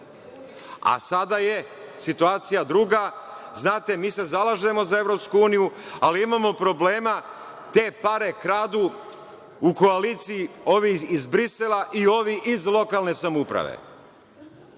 a sada je situacija druga – znate, mi se zalažemo za EU, ali imamo problema, te pare kradu u koaliciji ovi iz Brisela i ovi iz lokalne samouprave